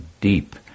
deep